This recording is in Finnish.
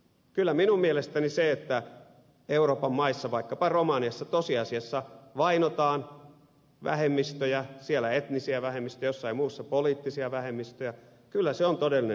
kyllä minun mielestäni se että euroopan maissa vaikkapa romaniassa tosiasiassa vainotaan vähemmistöjä siellä etnisiä vähemmistöjä jossain muussa maassa poliittisia vähemmistöjä on todellinen ihmisoikeusongelma